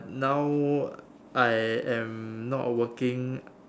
now I am not working